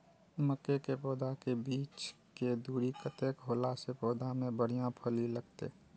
मके के पौधा के बीच के दूरी कतेक होला से पौधा में बढ़िया फली लगते?